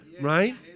right